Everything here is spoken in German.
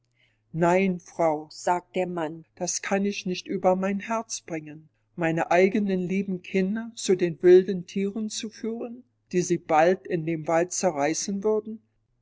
nein frau sagte der mann das kann ich nicht über mein herz bringen meine eigenen lieben kinder zu den wilden thieren zu führen die sie bald in dem wald zerreißen würden